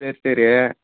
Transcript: சரி சரி